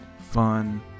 fun